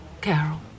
Carol